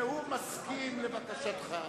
והוא מסכים לבקשתך.